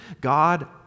God